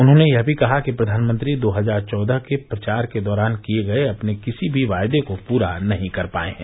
उन्होंने यह भी कहा कि प्रधानमंत्री दो हजार चौदह के प्रचार के दौरान किए गर्य अपने किसी भी वायदे को पूरा नहीं कर पाये हैं